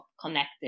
connected